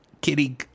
kitty